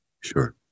Sure